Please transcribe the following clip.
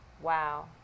Wow